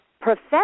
professor